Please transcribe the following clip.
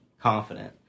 confident